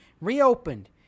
reopened